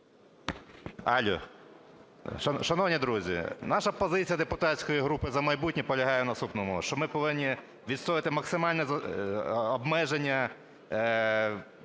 Т.І. Шановні друзі! Наша позиція, депутатської групи "За майбутнє" полягає в наступному, що ми повинні відстоювати максимальне обмеження